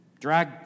drag